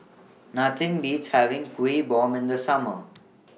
Nothing Beats having Kuih Bom in The Summer